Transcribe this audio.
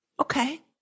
okay